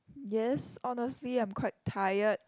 yes honestly I'm quite tired